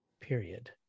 period